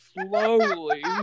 slowly